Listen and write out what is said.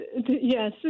Yes